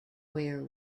where